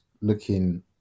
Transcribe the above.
looking